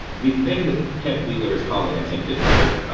the thing that ted wheeler is calling attempted murder.